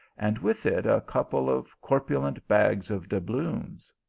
and with it a couple of corpulent bags of doubloons.